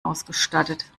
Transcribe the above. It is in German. ausgestattet